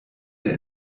der